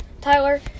Tyler